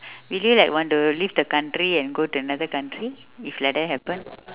will you like want to leave the country and go to another country if like that happen